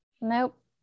Nope